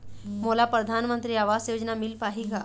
मोला परधानमंतरी आवास योजना मिल पाही का?